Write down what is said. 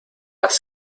has